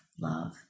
love